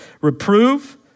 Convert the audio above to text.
Reprove